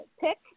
pick